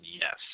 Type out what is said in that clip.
yes